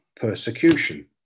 persecution